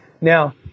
Now